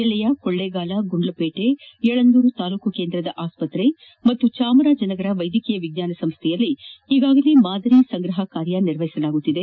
ಜಿಲ್ಲೆಯ ಕೊಕ್ಟೇಗಾಲ ಗುಂಡ್ಲುಪೇಟೆ ಯಳಂದೂರು ತಾಲೂಕು ಕೇಂದ್ರದ ಆಸ್ಪತ್ರೆ ಹಾಗೂ ಚಾಮರಾಜನಗರ ವೈದ್ಯಕೀಯ ವಿಜ್ಞಾನ ಸಂಸ್ವೆಯಲ್ಲಿ ಈಗಾಗಲೇ ಮಾದರಿ ಸಂಗ್ರಹಣ ಕಾರ್ಯ ನಿರ್ವಹಿಸಲಾಗುತ್ತಿದೆ